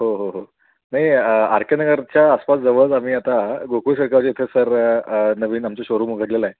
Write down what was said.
हो हो हो नाही आर के नगरच्या आसपास जवळच आम्ही आता गोकूळ सहकारी इथे सर नवीन आमच्या शोरूम उघडलेलं आहे